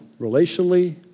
Relationally